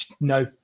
no